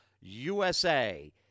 USA